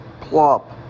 plop